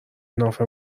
ناف